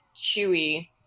Chewy